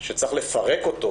שצריך לפרק אותו,